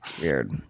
Weird